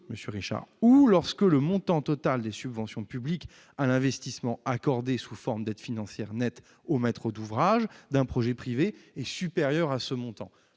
ou lorsque le montant total des subventions publiques à l'investissement accordé sous forme d'aide financière nette au maître d'ouvrage d'un projet privé est supérieur à ce montant